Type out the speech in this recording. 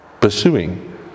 pursuing